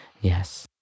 Yes